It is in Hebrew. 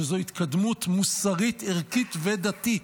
שזו התקדמות מוסרית, ערכית ודתית,